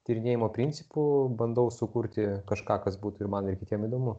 tyrinėjimo principu bandau sukurti kažką kas būtų ir man ir kitiem įdomu